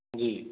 जी